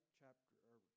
chapter